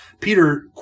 Peter